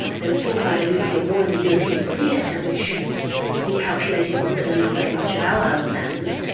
there was talk about a nuclear wear in the european theatre, which we calculated wasn't going to leave very much of our homelands.